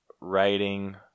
writing